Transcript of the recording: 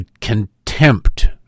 contempt